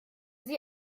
sie